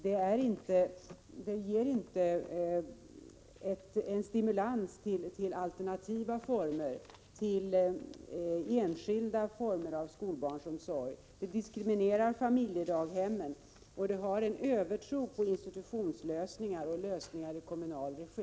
Det ger inte någon stimulans till alternativa, enskilda former av skolbarnsomsorg. Familjedaghemmen diskrimineras, och där finns en övertro på institutionslösningar och lösningar i kommunal regi.